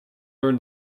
learn